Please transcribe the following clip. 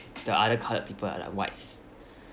the other coloured people are like whites